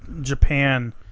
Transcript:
Japan